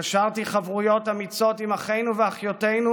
קשרתי חברויות אמיצות עם אחינו ואחיותינו